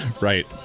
Right